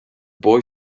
boy